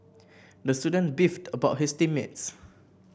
the student beefed about his team mates